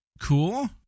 Cool